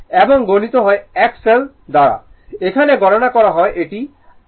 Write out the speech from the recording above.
এবং গুণিত হয় XL XL দ্বারা এখানে গণনা করা হয় এটি r j XL I